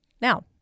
Now